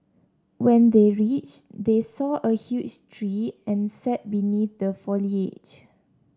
when they reached they saw a huge tree and sat beneath the foliage